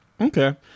Okay